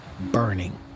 burning